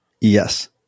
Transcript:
Yes